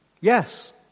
Yes